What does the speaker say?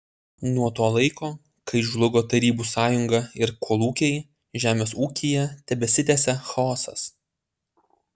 nuo to laiko kai žlugo tarybų sąjunga ir kolūkiai žemės ūkyje tebesitęsia chaosas